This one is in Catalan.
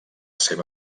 seva